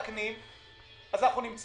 אנחנו נמצא את זה פעם אחר פעם.